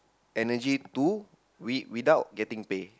energy to with without getting pay